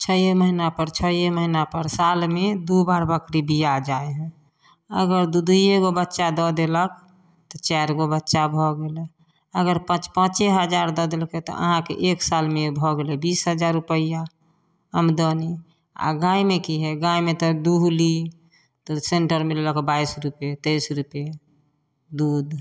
छओ महीना पर छओ महीना पर सालमे दूबार बकरी बिया जाइ हइ अगर दू दूइयेगो बच्चा दऽ देलक तऽ चारिगो बच्चा भऽ गेलै अगर पाँच पाँचे हजार दऽ देलकै तऽ अहाँके एक सालमे भऽ गेलै बीस हजार रुपैआ आमदनी आ गायमे कि हइ गायमे तऽ दुहली तऽ सेन्टरमे लेलक बाइस रूपये तैस रूपये दूध